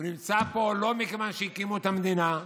הוא נמצא פה לא מכיוון שהקימו את המדינה,